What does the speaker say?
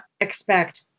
expect